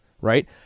right